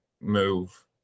move